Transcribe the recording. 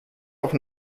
auch